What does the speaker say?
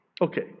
Okay